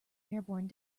airborne